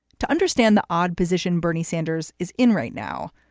to understand the odd position bernie sanders is in right now,